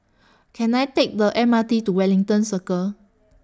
Can I Take The M R T to Wellington Circle